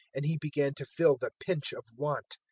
and he began to feel the pinch of want.